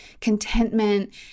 contentment